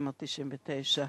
ב-1999.